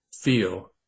feel